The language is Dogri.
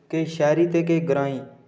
किश शैह्री ते केह् ग्राईं